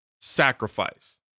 sacrifice